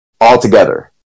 altogether